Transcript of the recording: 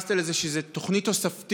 התייחסת לזה שזו תוכנית תוספתית.